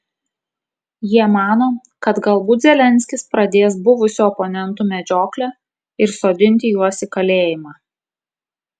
jie mano kad galbūt zelenskis pradės buvusių oponentų medžioklę ir sodinti juos į kalėjimą